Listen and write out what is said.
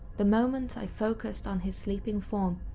the moment i focused on his sleeping form,